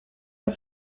auf